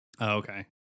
Okay